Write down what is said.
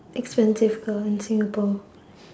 expensive car in singapore